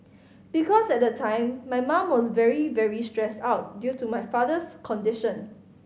because at the time my mum was very very stressed out due to my father's condition